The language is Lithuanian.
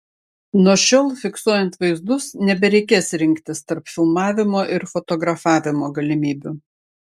nuo šiol fiksuojant vaizdus nebereikės rinktis tarp filmavimo ir fotografavimo galimybių